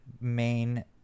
main